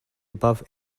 above